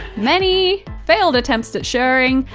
many failed attempts at shirring,